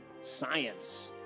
science